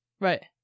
Right